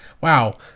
wow